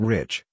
Rich